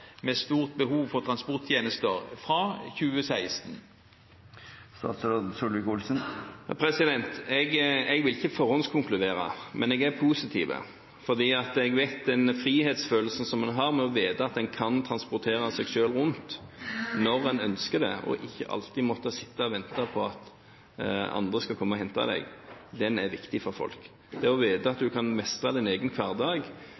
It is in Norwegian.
med stort behov for transporttjenester fra 2016? Jeg vil ikke forhåndskonkludere, men jeg er positiv, for jeg vet at den frihetsfølelsen en har ved å vite at en kan transportere seg selv rundt når en ønsker det – og ikke alltid måtte sitte og vente på at andre skal komme og hente deg – er viktig for folk. Det å vite at en kan mestre sin egen hverdag,